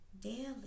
Daily